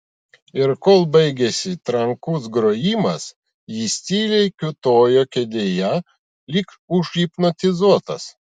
ir kol baigėsi trankus grojimas jis tyliai kiūtojo kėdėje lyg užhipnotizuotas